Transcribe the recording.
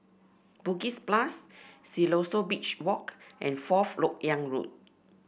Bugis Plus Siloso Beach Walk and Fourth LoK Yang Road